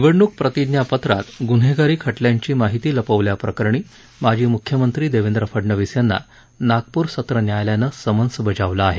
निवडणुक प्रतिज्ञापत्रात गुन्हेगारी खटल्यांची माहिती लपवल्याप्रकरणी माजी मुख्यमंत्री देवेंद्र फडणवीस यांना नागपूर सत्र न्यायालयानं समन्स बजावलं आहे